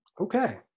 Okay